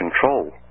control